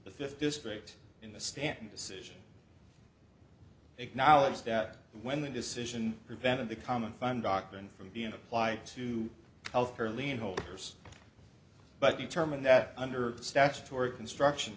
fifth district in the stanton decision acknowledged that when the decision prevented the common fund doctrine from being applied to health care lien holders but determined that under the statutory construction